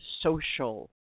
social